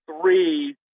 three